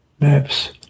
maps